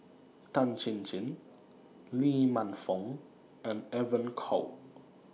Tan Chin Chin Lee Man Fong and Evon Kow